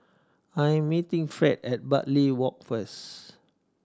I am meeting Fred at Bartley Walk first